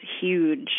huge